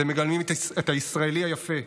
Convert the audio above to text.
אתם מגלמים את הישראלי היפה,